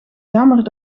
jammer